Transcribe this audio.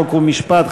חוק ומשפט,